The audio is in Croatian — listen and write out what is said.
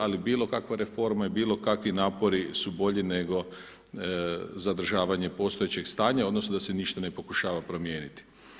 Ali bilo kakva reforma i bilo kakvi napori su bolji nego zadržavanje postojećeg stanja odnosno da se ništa ne pokušava promijeniti.